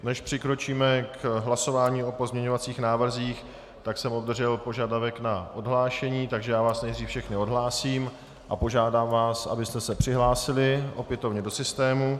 Než přikročíme k hlasování o pozměňovacích návrzích, tak jsem obdržel požadavek na odhlášení, takže já vás nejdřív všechny odhlásím a požádám vás, abyste se přihlásili opětovně do systému.